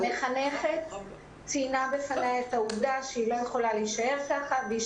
המחנכת ציינה בפניה את העובדה שהילדה לא יכולה להישאר כך והיא